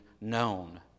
known